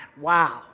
wow